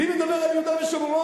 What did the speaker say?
מי מדבר על יהודה ושומרון?